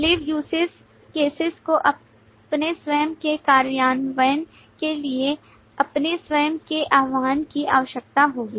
leave usage cases को अपने स्वयं के कार्यान्वयन के लिए अपने स्वयं के आह्वान की आवश्यकता होगी